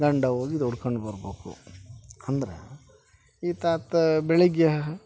ಗಂಡ ಹೋಗಿ ದುಡ್ಕಂಡು ಬರ್ಬೇಕು ಅಂದ್ರೆ ಈತಾತ್ ಬೆಳ್ಗೆ